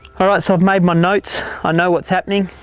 so i've made my notes i know what's happening.